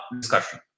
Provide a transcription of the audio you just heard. discussion